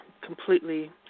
completely